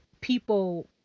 people